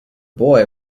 boy